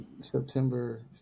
September